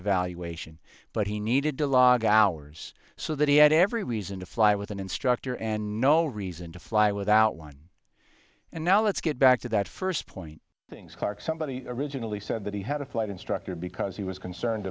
evaluation but he needed to log hours so that he had every reason to fly with an instructor and no reason to fly without one and now let's get back to that first point things clark somebody originally said that he had a flight instructor because he was concerned